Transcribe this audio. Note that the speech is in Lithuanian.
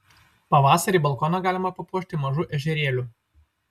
pavasarį balkoną galima papuošti mažu ežerėliu